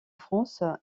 france